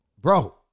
bro